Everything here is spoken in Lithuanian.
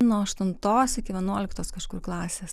nuo aštuntos iki vienuoliktos kažkur klasės